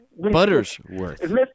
Buttersworth